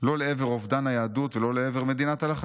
לא לעבר אובדן היהדות ולא לעבר מדינת הלכה.